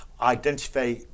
identify